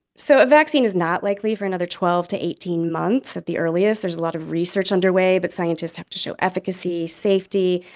so a vaccine is not likely for another twelve to eighteen months at the earliest there's a lot of research underway, but scientists have to show efficacy, safety.